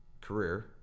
career